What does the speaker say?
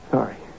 Sorry